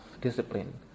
discipline